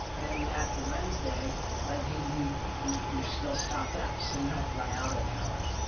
then after wednesday like you you're still stocked up so you don't run out of howard.